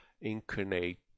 incarnate